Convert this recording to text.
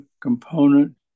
component